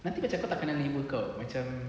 nanti macam kau tak kenal neighbour kau macam